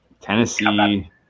tennessee